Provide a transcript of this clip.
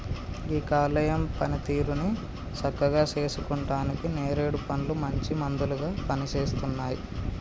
గీ కాలేయం పనితీరుని సక్కగా సేసుకుంటానికి నేరేడు పండ్లు మంచి మందులాగా పనిసేస్తున్నాయి